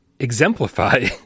exemplify